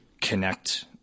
connect